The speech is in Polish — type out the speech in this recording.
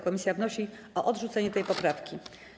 Komisja wnosi o odrzucenie tej poprawki.